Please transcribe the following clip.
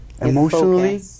Emotionally